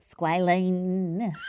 Squalene